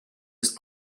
ist